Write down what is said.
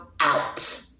out